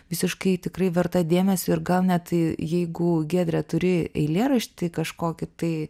visiškai tikrai verta dėmesio ir gal net jeigu giedre turi eilėraštį kažkokį tai